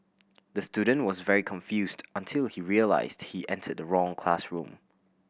the student was very confused until he realised he entered the wrong classroom